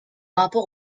rapport